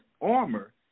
armor